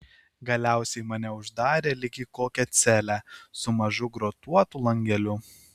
galiausiai mane uždarė lyg į kokią celę su mažu grotuotu langeliu